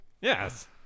Yes